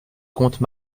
comte